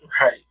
Right